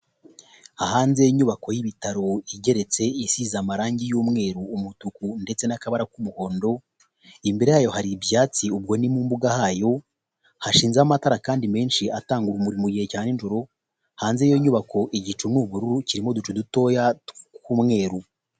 Hanze y'inyubako y'ibitaro igeretse, isize amarangi y'umweru, umutuku, ndetse n'akabara k'umuhondo, imbere yayo hari ibyatsi, ubwo ni mu mbuga hayo, hashinzeho amatara kandi menshi, atanga urumuri mu gihe cya ninjoro, hanze y'iyo nyubako igicu ni ubururu, kirimo uducu dutoya tw'umweru.